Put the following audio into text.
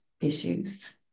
issues